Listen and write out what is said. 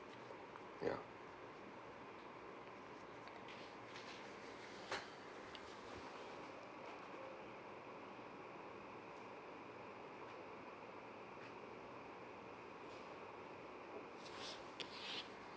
ya